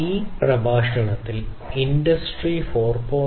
ഈ പ്രഭാഷണത്തിൽ ഇൻഡസ്ട്രി 4